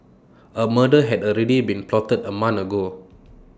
A murder had already been plotted A month ago